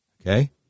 Okay